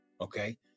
Okay